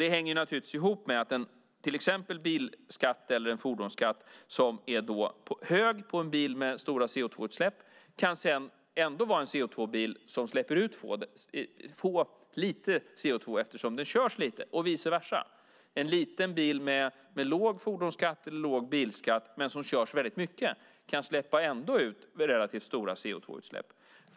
Det hänger naturligtvis ihop med att exempelvis en bil som har bilskatt eller fordonsskatt för att den har stora CO2-utsläpp sedan ändå kan vara en bil som släpper ut lite CO2 eftersom den körs lite - och vice versa; en liten bil med låg fordonsskatt eller låg bilskatt som körs väldigt mycket kan ändå orsaka relativt stora CO2-utsläpp.